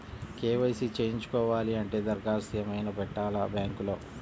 KYC చేయించుకోవాలి అంటే దరఖాస్తు ఏమయినా పెట్టాలా బ్యాంకులో?